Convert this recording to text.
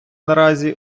наразі